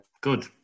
Good